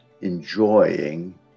enjoying